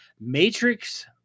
Matrix